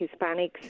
Hispanics